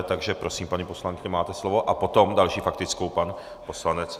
Takže prosím, paní poslankyně, máte slovo a potom další faktickou pan poslanec...